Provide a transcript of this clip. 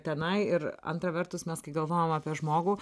tenai ir antra vertus mes kai galvojam apie žmogų